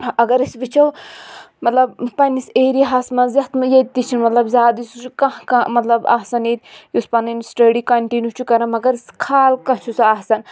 اَگَر أسۍ وٕچھو مَطلَب پَننس ایریاہَس منٛز یتھ منٛز ییٚتہِ تہِ چھِ مَطلَب زِیادٕ سُہ چھِ کانٛہہ کانٛہہ مَطلَب آسان ییٚتہِ یُس پَنٕنۍ سِٹڈِی کَنٹِنِیوٗ چھ کَران مَگَر خال کانٛہہ چھ سُہ آسان